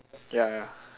ya ya